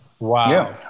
Wow